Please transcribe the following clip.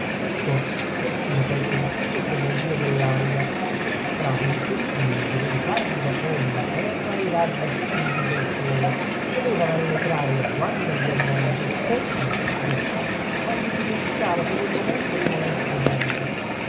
tutto perfino quel confuso tremolìo dell'aria che sembrava un continuo brulicar di vapori da terra ai raggi assidui del sole doveva rallegrare lo sguardo del viandante o alla più trista fargli dimenticare per un momento le molestie della vita